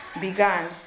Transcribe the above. began